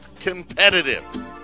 competitive